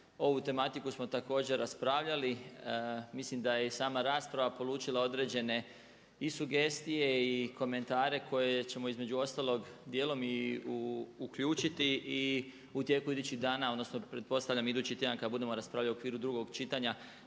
ovu tematiku smo također raspravljali, mislim da je i sama rasprava polučila određene i sugestije i komentare koje ćemo između ostalog dijelom i uključiti i u tijeku idućih dana odnosno pretpostavljam idući tjedan kada budemo raspravljali u okviru drugog čitanja